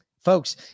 Folks